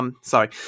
sorry